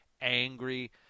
angry